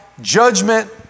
judgment